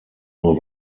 nur